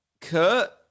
Kurt